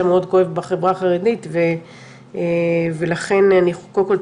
מאוד כואב בחברה החרדית ולכן קודם כל,